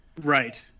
Right